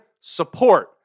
support